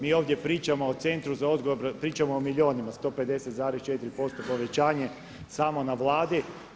Mi ovdje pričamo o Centru za odgoj, pričamo o milijunima 150,4% povećanje samo na Vladi.